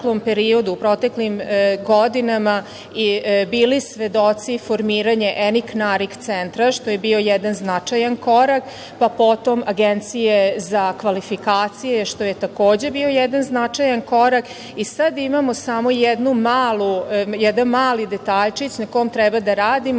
proteklim godinama bili svedoci formiranja ENIK-NARIK centra, što je bio jedan značajan korak, pa potom Agencije za kvalifikacije što je takođe bio jedan značajan korak. Sada imamo samo jedan mali detaljčić na kom treba da radimo,